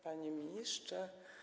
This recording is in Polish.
Panie Ministrze!